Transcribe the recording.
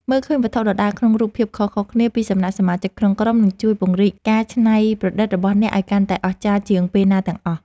មើលឃើញវត្ថុដដែលក្នុងរូបភាពខុសៗគ្នាពីសំណាក់សមាជិកក្នុងក្រុមនឹងជួយពង្រីកការច្នៃប្រឌិតរបស់អ្នកឱ្យកាន់តែអស្ចារ្យជាងពេលណាទាំងអស់។